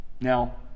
Now